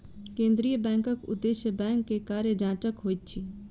केंद्रीय बैंकक उदेश्य बैंक के कार्य जांचक होइत अछि